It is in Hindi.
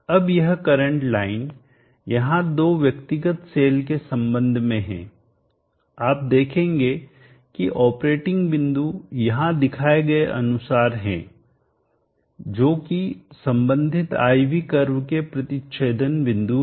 अब यह करंट लाइन यहां दो व्यक्तिगत सेल के संबंध में है आप देखेंगे कि ऑपरेटिंग बिंदु यहां दिखाए गए अनुसार हैं जोकि संबंधित I V कर्व के प्रतिच्छेदन बिंदु है